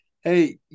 Hey